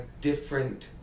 different